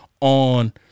on